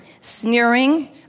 sneering